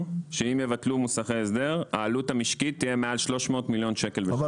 הם יגידו את מה שהם אומרים ונשמע גם אתכם, אל